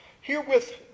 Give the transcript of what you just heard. Herewith